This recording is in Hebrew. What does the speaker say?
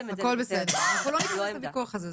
הכל בסדר, אנחנו לא ניכנס לוויכוח הזה.